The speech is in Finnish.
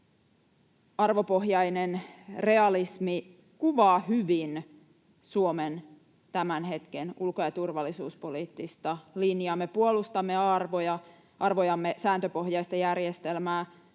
arvopohjainen realismi kuvaa hyvin Suomen tämän hetken ulko- ja turvallisuuspoliittista linjaa. Me puolustamme arvojamme, sääntöpohjaista järjestelmää,